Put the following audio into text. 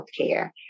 healthcare